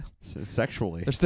sexually